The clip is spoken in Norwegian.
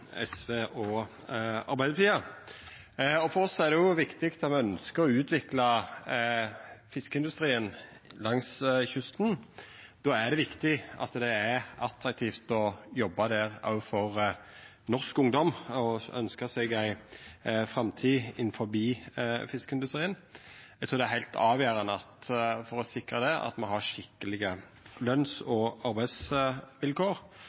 SV og Arbeidarpartiet. For oss er det viktig, når me ynskjer å utvikla fiskeindustrien langs kysten, at det er attraktivt å jobba der òg for norsk ungdom som ynskjer seg ei framtid innanfor fiskeindustrien. Eg trur det er heilt avgjerande for å sikra det at me har skikkelege løns-